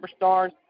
superstars